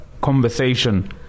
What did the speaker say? conversation